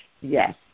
Yes